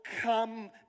come